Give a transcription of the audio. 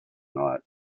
not